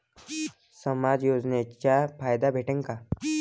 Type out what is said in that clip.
समाज योजनेचा फायदा भेटन का?